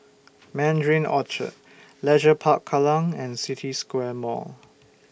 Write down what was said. Mandarin Orchard Leisure Park Kallang and City Square Mall